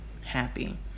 happy